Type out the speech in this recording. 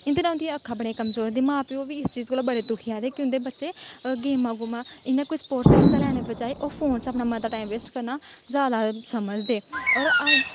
इंदे नै उंदियां अक्खा बड़ियां कमजोर होंदियां मां प्यो बी बड़े दुखी आदे की इंदे बच्चे गेमा गूमां इयां स्पोर्टस च हिस्सा लैने बचाए ओह् फोन च अपना टाईम बेस्ट करना जादा समझदे और अज्ज